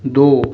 दो